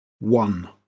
one